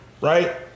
right